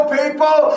people